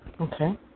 okay